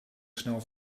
snel